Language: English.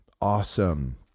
awesome